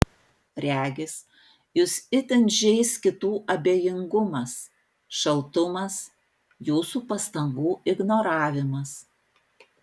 regis jus itin žeis kitų abejingumas šaltumas jūsų pastangų ignoravimas